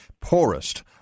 poorest